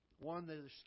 one